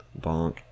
Bonk